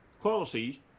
quality